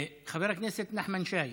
חבר הכנסת נחמן שי,